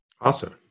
Awesome